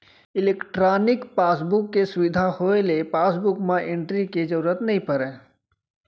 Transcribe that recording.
electronic passbook के सुबिधा होए ले पासबुक म एंटरी के जरूरत नइ परय